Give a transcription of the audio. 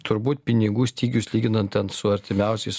turbūt pinigų stygius lyginant ten su artimiausiais